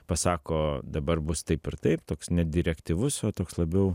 pasako dabar bus taip ir taip toks ne direktyvus o toks labiau